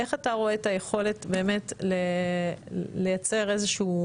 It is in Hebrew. איך אתה רואה את היכולת באמת לייצר איזשהו